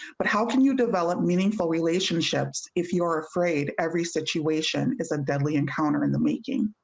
but how can you develop meaningful relationships if you're afraid every situation is a deadly encounter in the making.